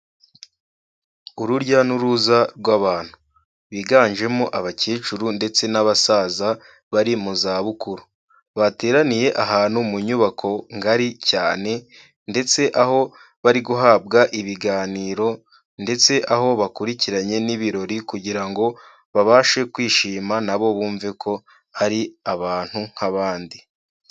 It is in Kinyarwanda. Urujya n'uruza rw'abantu biganjemo abakecuru ndetse n'abasaza bari mu zabukuru, bateraniye ahantu mu nyubako ngari cyane ndetse aho bari guhabwa ibiganiro ndetse aho bakurikiranye n'ibirori kugira ngo babashe kwishima nabo bumve ko ari abantu nk'abandi.